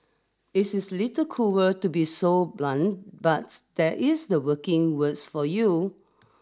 is is little cruel to be so blunt but that is the working worlds for you